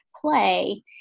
play